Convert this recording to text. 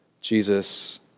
Jesus